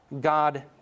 God